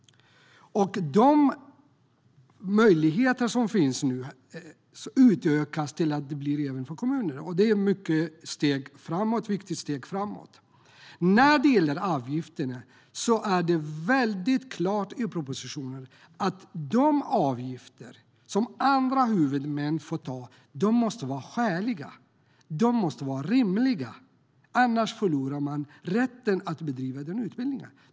Möjligheten utökas nu även till kommunerna. Det är ett viktigt steg framåt. När det gäller avgifterna är det väldigt klart i propositionen att de avgifter som andra huvudmän får ta ut måste vara skäliga. De måste vara rimliga. Annars förlorar de rätten att bedriva utbildningarna.